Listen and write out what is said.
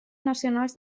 nacionals